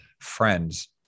friends